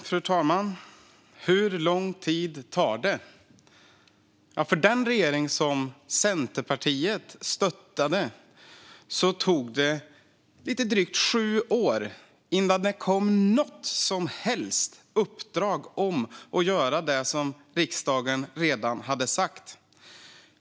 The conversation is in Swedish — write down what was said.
Fru talman! Hur lång tid tar det? Ja, för den regering som Centerpartiet stödde tog det lite drygt sju år innan det kom något som helst uppdrag om att göra det som riksdagen redan hade sagt.